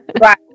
Right